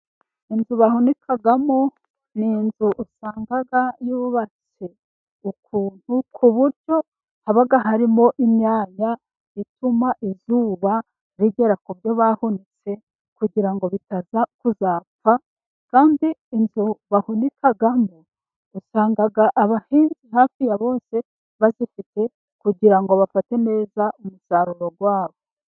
Inzu bahunikamo ni inzu usanga yubatse ukuntu ku buryo haba harimo imyanya ituma izuba rigera ku byo bahunitse, kugira ngo bitaza kuzapfa, kandi inzu bahunikamo, usanga abahinzi hafi ya bose bazifite, kugira ngo bafate neza umusaruro wa bo.